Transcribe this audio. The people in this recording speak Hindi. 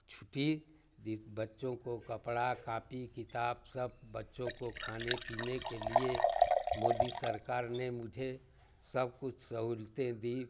छुट्टी बच्चों को कपड़ा कापी किताब सब बच्चों को खाने पीने के लिए मोदी सरकार ने मुझे सब कुछ सहूलतें दी